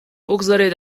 بگذارید